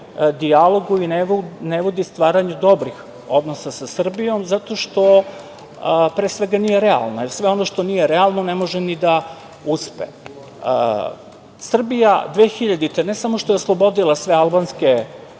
dijalogu i ne vodi stvaranju dobrih odnosa sa Srbijom, zato što pre svega nije realno, jer sve ono što nije realno, ne može da uspe. Srbija 2000. godine ne samo što je oslobodila sve albanske